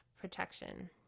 protection